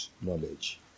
knowledge